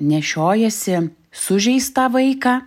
nešiojasi sužeistą vaiką